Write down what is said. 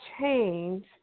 change